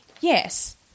yes